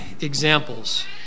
examples